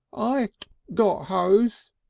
i got hose!